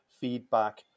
feedback